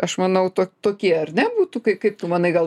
aš manau to tokie ar ne būtų kai kaip tu manai gal